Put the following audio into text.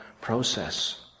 process